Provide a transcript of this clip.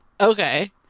Okay